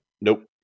nope